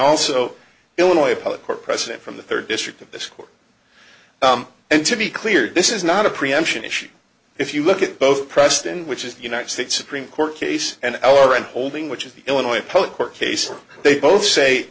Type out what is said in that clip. also illinois public court president from the third district of this court and to be clear this is not a preemption issue if you look at both preston which is the united states supreme court case an hour and holding which is the illinois public court case they both say